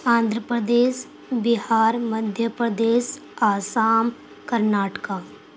Andhra Pradesh Bihar Madhya Pradesh Assam Karnataka